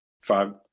five